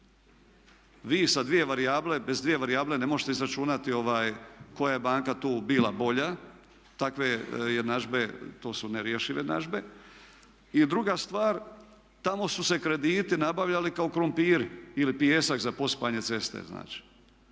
Vi sa dvije varijable, bez dvije varijable ne možete izračunati koja je banka tu bila bolja, takve jednadžbe, to su nerješive jednadžbe. I druga stvar, tamo su se krediti nabavljali kao krumpiri ili pijesak za posipanje ceste znači.